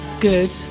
good